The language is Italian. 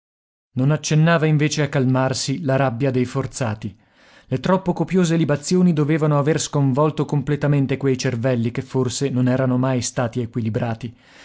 non accennava invece a calmarsi la rabbia dei forzati le troppo copiose libazioni dovevano aver sconvolto completamente quei cervelli che forse non erano mai stati equilibrati